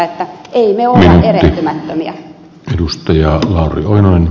emme me ole erehtymättömiä